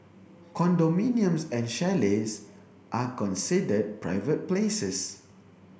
condominiums and chalets are considered private places